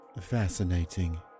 fascinating